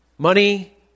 Money